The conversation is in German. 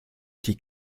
die